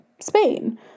Spain